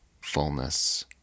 fullness